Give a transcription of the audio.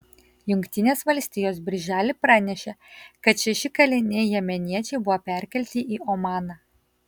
jungtinės valstijos birželį pranešė kad šeši kaliniai jemeniečiai buvo perkelti į omaną